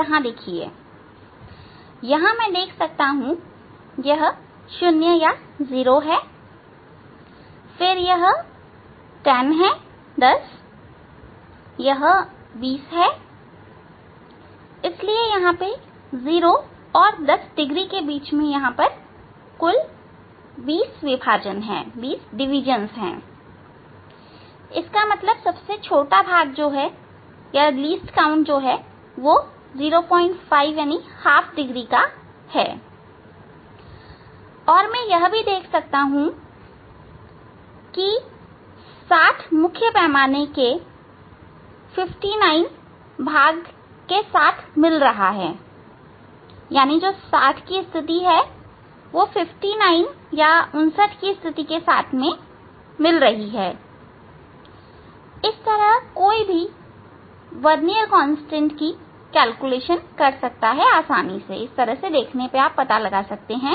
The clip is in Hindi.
यहां मैं देख सकता हूं यह 0 है फिर 10 20 इसलिए 0 और 10 डिग्री के बीच यहां 20 विभाजन है इसका मतलब सबसे छोटा भाग 05 डिग्री है और मैं यह भी देख सकता हूं की 60 मुख्य पैमाने के 59 भाग के साथ मिलता है इस तरह कोई भी वर्नियर कांस्टेंट की गणना कर सकता है